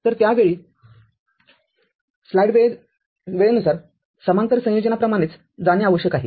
तर त्या वेळी स्लाइड वेळेस समांतर संयोजनाप्रमाणेच जाणे आवश्यक आहे